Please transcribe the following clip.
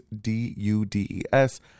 D-U-D-E-S